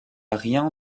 rien